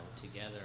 together